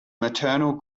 maternal